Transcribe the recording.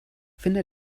finde